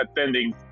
attending